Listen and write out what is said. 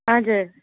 हजुर